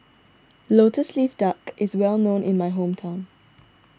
Lotus Leaf Duck is well known in my hometown